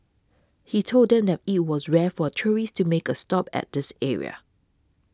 he told them that it was rare for tourists to make a stop at this area